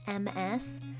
Ms